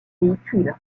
véhicule